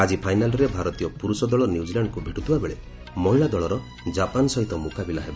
ଆଜି ଫାଇନାଲ୍ରେ ଭାରତୀୟ ପୁରୁଷ ଦଳ ନିଉଜିଲ୍ୟାଣ୍ଡକୁ ଭେଟୁଥିବାବେଳେ ମହିଳା ଦଳର ଜାପାନ ସହିତ ମୁକାବିଲା ହେବ